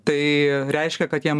tai reiškia kad jam